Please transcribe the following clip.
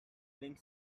link